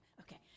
Okay